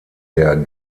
der